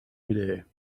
midair